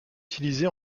utilisée